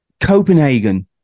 Copenhagen